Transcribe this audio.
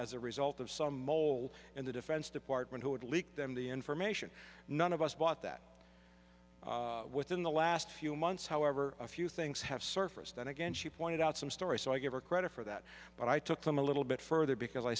as a result of some mole in the defense department who had leaked them the information none of us thought that within the last few months however a few things have surfaced and again she pointed out some story so i give her credit for that but i took them a little bit further because i